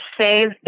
save